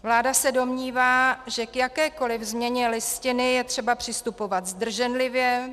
Vláda se domnívá, že k jakékoli změně Listiny je třeba přistupovat zdrženlivě.